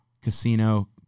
Casino